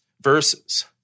verses